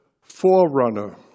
forerunner